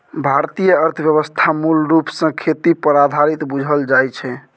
भारतीय अर्थव्यवस्था मूल रूप सँ खेती पर आधारित बुझल जाइ छै